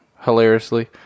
hilariously